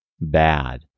bad